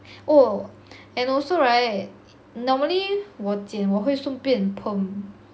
oh and also right normally 我剪我会顺便 perm